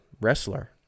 wrestler